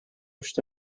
что